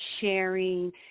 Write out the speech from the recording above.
sharing